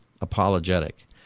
apologetic